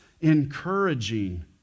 encouraging